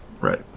Right